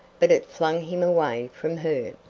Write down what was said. but it flung him away from her.